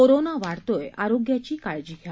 corona वाढतोय आरोग्याची काळजी घ्या